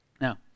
Now